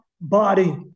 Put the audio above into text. body